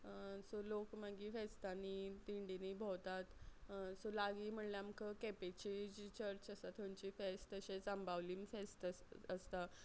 so लोक मागीर फेस्तांनी दिंडीनी भोंवतात सो लागीं म्हळ्ळ्यार आमकां केंपेची जी चर्च आसा थंयचें फेस्त तशें जांबावलीम फेस्त आस आसता